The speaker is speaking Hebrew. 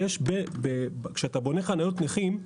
כשאתה בונה חניות נכים,